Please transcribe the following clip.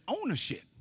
ownership